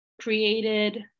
created